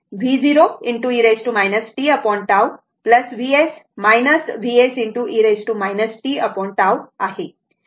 खरेतर हे v0 e tT Vs Vs e tT आहे